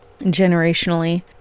generationally